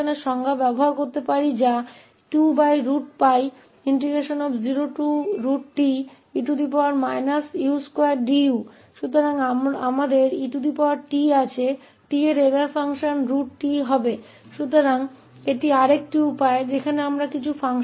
तो यह एक और तरीका है जहां हम कुछ कार्यों के विपरीत प्राप्त कर सकते हैं और अंत में हमें यह इंटीग्रल मिला है जो √𝑡 के त्रुटि फ़ंक्शन के अलावा और कुछ नहीं है